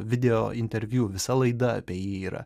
video interviu visa laida apie jį yra